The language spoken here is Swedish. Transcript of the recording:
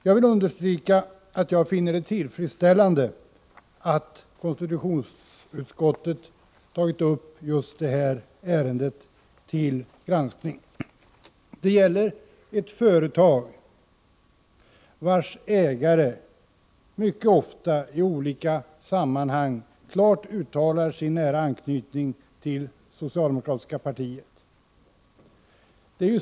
Jag vill understryka att jag finner det tillfredsställande att KU tagit upp just detta ärende till granskning. Det gäller ett företag vars ägare mycket ofta i olika sammanhang klart uttalat sin nära anknytning till socialdemokratiska partiet.